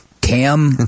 Cam